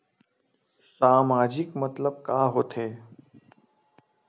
सामाजिक मतलब का होथे?